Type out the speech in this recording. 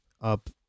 up